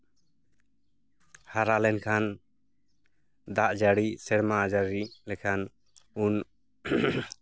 ᱦᱟᱨᱟ ᱞᱮᱱᱠᱷᱟᱱ ᱫᱟᱜ ᱡᱟᱹᱲᱤ ᱥᱮᱨᱢᱟ ᱡᱟᱹᱲᱤ ᱞᱮᱠᱟᱱ ᱩᱱ